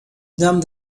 dumped